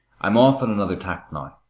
i'm off on another tack now.